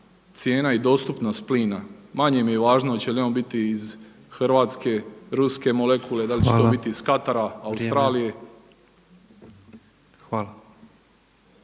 cijena i dostupnost plina, manje je važno hoće li on biti iz Hrvatske, ruske molekule, da li će to biti iz Katara … /Upadica